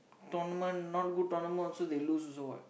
tournament not good tournament also they lose also what